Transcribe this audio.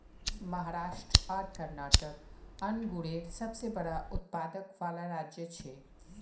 महाराष्ट्र आर कर्नाटक अन्गुरेर सबसे बड़ा उत्पादक वाला राज्य छे